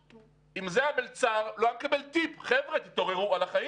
אני אומר, מי שאחראי זה הפיקוח על הבנקים.